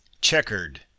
checkered